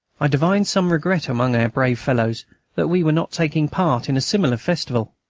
i divined some regret among our brave fellows that we were not taking part in a similar festival.